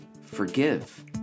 forgive